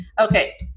Okay